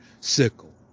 sickle